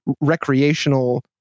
recreational